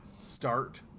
start